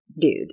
dude